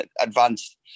advanced